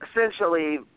Essentially